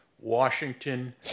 Washington